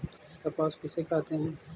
कपास किसे कहते हैं?